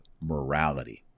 morality